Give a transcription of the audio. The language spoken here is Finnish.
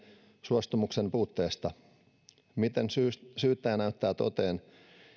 suostumuksen puutteesta miten syyttäjä näyttää toteen